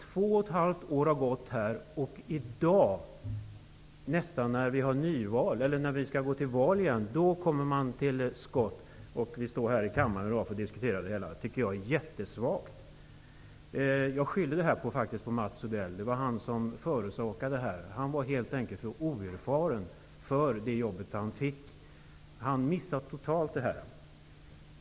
Två och ett halvt år har gått, och först i dag, när vi nästan skall gå till val igen, kommer man till skott och vi diskuterar det här i kammaren. Det tycker jag är jättesvagt. Jag skyller detta på Mats Odell. Han var helt enkelt för oerfaren för det jobb han fick. Han missade det här totalt.